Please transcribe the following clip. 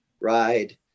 ride